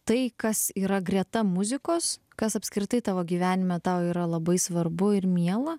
tai kas yra greta muzikos kas apskritai tavo gyvenime tau yra labai svarbu ir miela